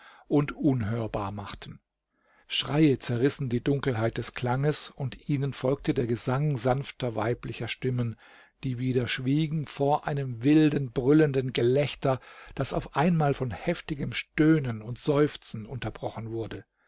und unhörbar machten schreie zerrissen die dunkelheit des klanges und ihnen folgte der gesang sanfter weiblicher stimmen die wieder schwiegen vor einem wilden brüllenden gelächter das auf einmal von heftigem stöhnen und seufzen unterbrochen wurde